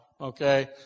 Okay